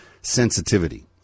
sensitivity